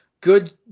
Good